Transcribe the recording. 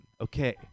Okay